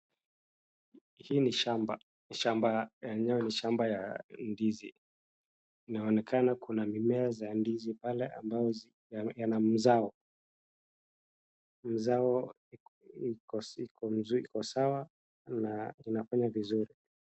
Hii ni shamba. Shamba yenyewe ni shamba ya ndizi. Inaonekana kuna mimea za ndizi pale ambao yana mzao. Mzao iko sawa na inafanya vizuri.